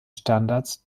standards